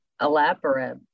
elaborate